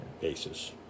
basis